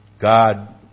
God